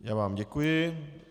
Já vám děkuji.